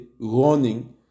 Running